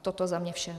Toto za mne vše.